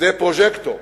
זה פרוז'קטור.